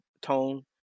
Tone